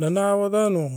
Nga re oven.